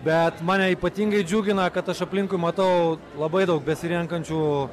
bet mane ypatingai džiugina kad aš aplinkui matau labai daug besirenkančių